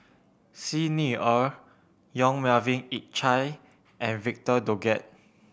Xi Ni Er Yong Melvin Yik Chye and Victor Doggett